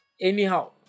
Anyhow